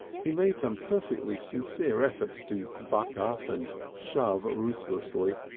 he made some perfectly sincere efforts to buck up and shove ruthlessly.